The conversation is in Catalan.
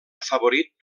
afavorit